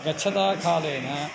गच्छता कालेन